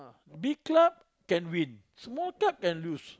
big club can win small club can lose